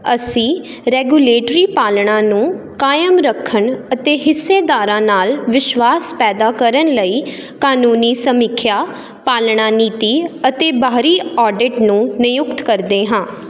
ਅਸੀਂ ਰੈਗੂਲੇਟਰੀ ਪਾਲਣਾ ਨੂੰ ਕਾਇਮ ਰੱਖਣ ਅਤੇ ਹਿੱਸੇਦਾਰਾਂ ਨਾਲ ਵਿਸ਼ਵਾਸ਼ ਪੈਦਾ ਕਰਨ ਲਈ ਕਾਨੂੰਨੀ ਸਮੀਖਿਆ ਪਾਲਣਾ ਨੀਤੀ ਅਤੇ ਬਾਹਰੀ ਔਡਿਟ ਨੂੰ ਨਿਯੁਕਤ ਕਰਦੇ ਹਾਂ